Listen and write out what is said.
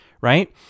right